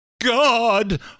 God